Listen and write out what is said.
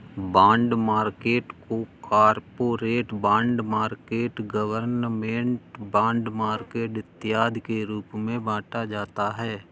bond market को corporate bond market government bond market इत्यादि के रूप में बांटा जाता है